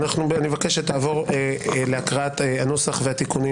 אני מבקש שתעבור להקראת הנוסח והתיקונים